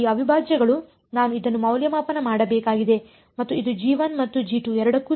ಆದ್ದರಿಂದ ಈ ಅವಿಭಾಜ್ಯಗಳು ನಾನು ಇದನ್ನು ಮೌಲ್ಯಮಾಪನ ಮಾಡಬೇಕಾಗಿದೆ ಮತ್ತು ಇದು ಮತ್ತು ಎರಡಕ್ಕೂ ಸರಿ